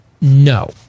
No